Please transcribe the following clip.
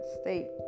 state